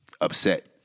upset